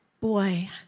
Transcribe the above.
boy